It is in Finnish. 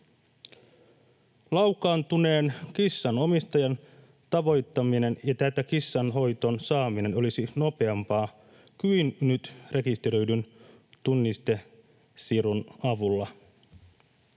Loukkaantuneen kissan omistajan tavoittaminen ja täten kissan hoitoon saaminen olisi rekisteröidyn tunnistesirun avulla